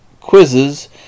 quizzes